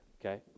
okay